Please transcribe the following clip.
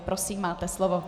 Prosím, máte slovo.